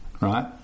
right